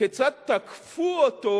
כיצד תקפו אותו